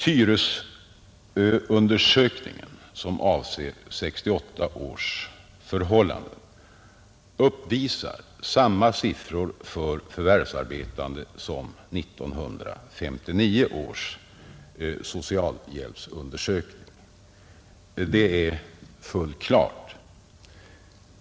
Tyresöundersökningen, som avser 1968 års förhållanden, uppvisar samma siffror för förvärvsarbetande som 1959 års socialhjälpsundersökning, det är fullt klart.